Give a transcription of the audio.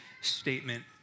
statement